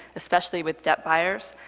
especially with debt buyers,